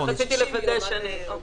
נכון.